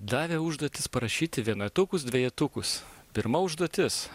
davė užduotis parašyti vienetukus dvejetukus pirma užduotis